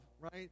right